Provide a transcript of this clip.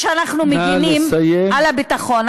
תגידו, אנחנו מגינים על הביטחון.